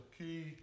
key